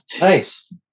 Nice